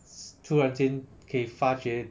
突然间可以发掘